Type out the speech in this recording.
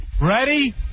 Ready